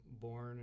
born